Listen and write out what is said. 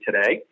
today